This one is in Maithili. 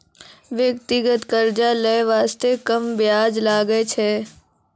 व्यक्तिगत कर्जा लै बासते कम बियाज लागै छै